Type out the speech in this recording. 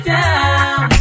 down